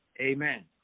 Amen